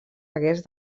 hagués